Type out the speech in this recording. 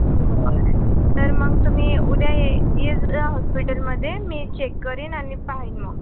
बर तर मग तुम्ही उद्या ये ये येत जा हॉस्पीटलमध्ये मी चेक करेन आणि पाहीन मग